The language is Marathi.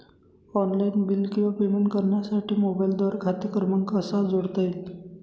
ऑनलाईन बिल किंवा पेमेंट करण्यासाठी मोबाईलद्वारे खाते क्रमांक कसा जोडता येईल?